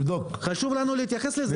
חשוב לנו להתייחס לזה.